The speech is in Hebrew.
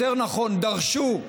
יותר נכון דרשו,